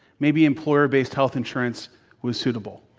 maybe employer-based health insurance was suitable.